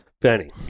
Benny